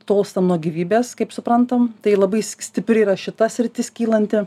tolstam nuo gyvybės kaip suprantam tai labai stipri yra šita sritis kylanti